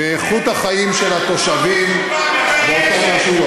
ואיכות החיים של התושבים באותן רשויות.